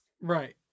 Right